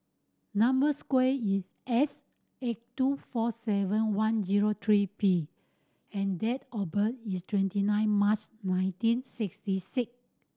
number square is S eight two four seven one zero three P and date of birth is twenty nine March nineteen sixty six